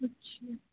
अच्छा